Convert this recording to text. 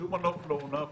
קודם כול שהיא תיתן גרסה.